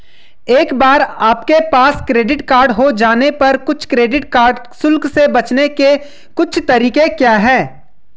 एक बार आपके पास क्रेडिट कार्ड हो जाने पर कुछ क्रेडिट कार्ड शुल्क से बचने के कुछ तरीके क्या हैं?